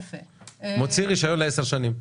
מוציא רישיון ל-10 שנים.